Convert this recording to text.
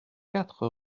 quatre